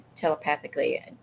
telepathically